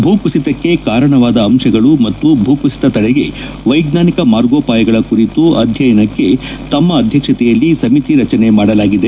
ಭೂ ಕುಸಿತಕ್ಕೆ ಕಾರಣವಾದ ಅಂಶಗಳು ಮತ್ತು ಭೂಕುಸಿತ ತಡೆಗೆ ವೈಜ್ಞಾನಿಕ ಮಾರ್ಗೋಪಾಯಗಳ ಕುರಿತು ಅಧ್ಯಯನಕ್ಕೆ ತಮ್ಮ ಅಧ್ಯಕ್ಷತೆಯಲ್ಲಿ ಸಮಿತಿ ರಚನೆ ಮಾಡಲಾಗಿದೆ